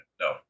No